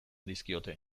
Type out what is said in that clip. dizkiote